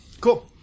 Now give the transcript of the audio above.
Cool